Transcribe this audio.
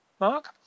Mark